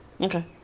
Okay